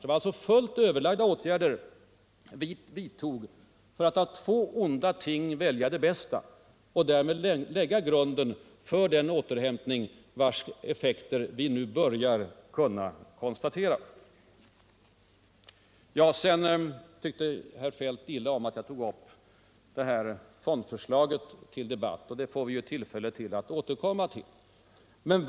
Det var alltså fullt överlagda åtgärder som vi vidtog för att av två onda ting välja det bästa och därmed lägga grunden för den återhämtning vars effekter vi nu Finansdebatt Finansdebatt börjar kunna konstatera. Sedan tyckte Kjell-Olof Feldt illa om att jag tog upp fondförslaget till debatt. Det får vi tillfälle att återkomma till.